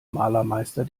malermeister